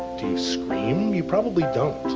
do you scream? you probably don't.